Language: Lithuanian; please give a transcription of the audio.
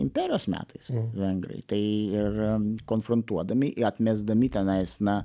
imperijos metais vengrai tai ir konfrontuodami atmesdami tenais na